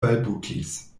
balbutis